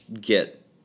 get